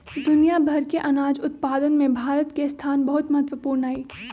दुनिया भर के अनाज उत्पादन में भारत के स्थान बहुत महत्वपूर्ण हई